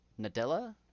Nadella